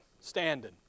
Standing